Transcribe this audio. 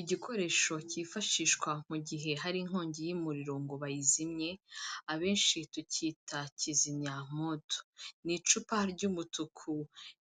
Igikoresho cyifashishwa mu gihe hari inkongi y'umuriro ngo bayizimye, abenshi tukita kizimyamwoto. Ni icupa ry'umutuku